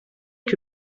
que